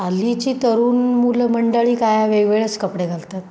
हल्लीची तरुण मुलं मंडळी काय वेगवेगळेच कपडे घालतात